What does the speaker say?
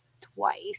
twice